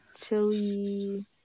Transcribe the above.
chili